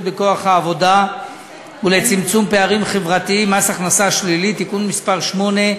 בכוח העבודה ולצמצום פערים חברתיים (מס הכנסה שלילי) (תיקון מס' 8),